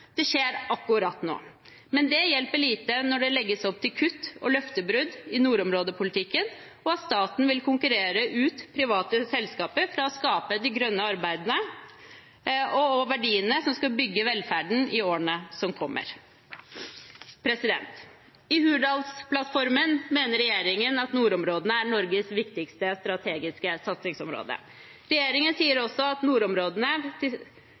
Det skjer akkurat nå. Men det hjelper lite når det legges opp til kutt og løftebrudd i nordområdepolitikken, og når staten vil konkurrere ut private selskaper når det gjelder å skape de grønne arbeidsplassene og verdiene som skal bygge velferden i årene som kommer. I Hurdalsplattformen mener regjeringen at nordområdene er Norges viktigste strategiske satsingsområde. Regjeringen vil gjøre nordområdene til